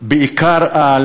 בעיקר על,